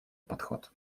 подход